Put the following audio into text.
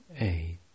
eight